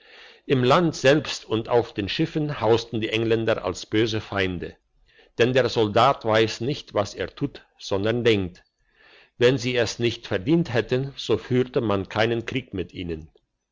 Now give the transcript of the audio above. im land selbst und auf den schiffen hausten die engländer als böse feinde denn der soldat weiss nicht was er tut sondern denkt wenn sie es nicht verdient hätten so führte man keinen krieg mit ihnen